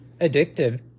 addictive